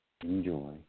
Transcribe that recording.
enjoy